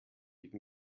gegen